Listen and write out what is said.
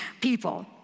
people